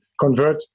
convert